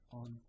on